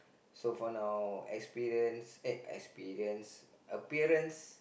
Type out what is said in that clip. so for now experience uh experience appearance